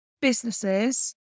businesses